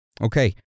Okay